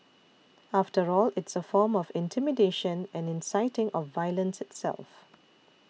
after all it's a form of intimidation and inciting of violence itself